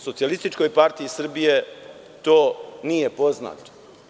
Socijalističkoj partiji Srbije to nije poznato.